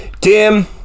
Tim